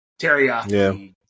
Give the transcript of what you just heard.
teriyaki